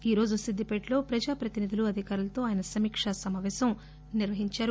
ఈరోజు సిద్దిపేటలో ప్రజాప్రతినిధులు అధికారులతో సమీకా సమాపేశం నిర్వహించారు